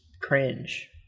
cringe